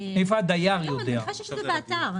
אני מניחה שיש את זה באתר.